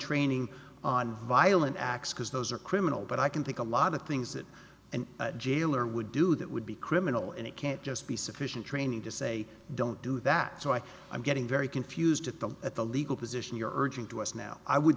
training on violent acts because those are criminal but i can think a lot of things that an jailer would do that would be criminal and it can't just be sufficient training to say don't do that so i i'm getting very confused at the at the legal position you're urging to us now i would